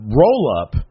roll-up